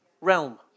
realm